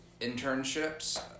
internships